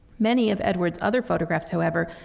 many of edwards other photographs, however,